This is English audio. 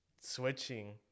switching